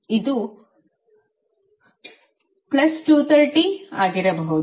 ಇದು 230 ಆಗಿರಬಹುದು